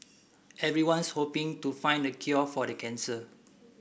everyone's hoping to find the cure for the cancer